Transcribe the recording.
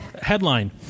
Headline